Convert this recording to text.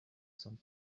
some